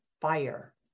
fire